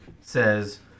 says